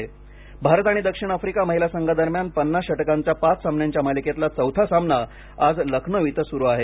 महिला क्रिकेट भारत आणि दक्षिण आफ्रिका महिला संघांदरम्यान पन्नास षटकांच्या पाच सामन्यांच्या मालिकेतला चौथा सामना आज लखनौ सुरु आहे